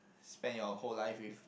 spend your whole life with